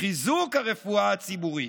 חיזוק הרפואה הציבורית.